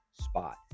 spot